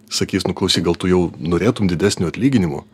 sakys nu klausyk gal tu jau norėtum didesnio atlyginimo